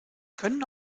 können